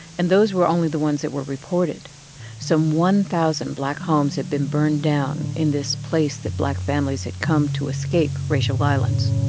and those were only the ones that were reported some one thousand black homes had been burned down in this place that black families had come to escape racial violence